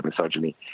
misogyny